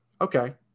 Okay